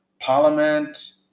Parliament